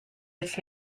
its